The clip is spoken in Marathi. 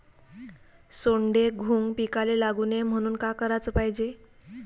सोंडे, घुंग पिकाले लागू नये म्हनून का कराच पायजे?